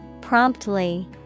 Promptly